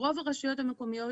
רוב הרשויות המקומיות,